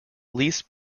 least